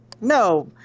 No